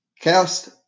Cast